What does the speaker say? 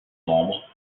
membres